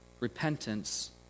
repentance